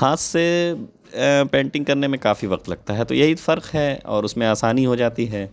ہاتھ سے a painting کرنے میں کافی وقت لگتا ہے تو یہی فرق ہے اور اس میں آسانی ہوجاتی ہے